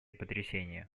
потрясения